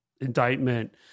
indictment